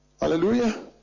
Hallelujah